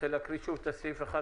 אתה רוצה לקרוא שוב את סעיף 1,